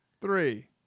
three